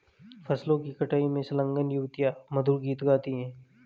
फसलों की कटाई में संलग्न युवतियाँ मधुर गीत गाती हैं